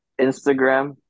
Instagram